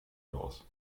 raus